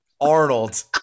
Arnold